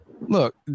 Look